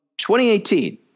2018